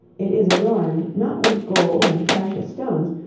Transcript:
it is adorned, not with gold and precious stones,